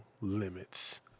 limits